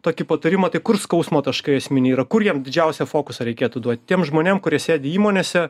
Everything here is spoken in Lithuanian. tokį patarimą tai kur skausmo taškai esminiai yra kur jiem didžiausią fokusą reikėtų duoti tiem žmonėm kurie sėdi įmonėse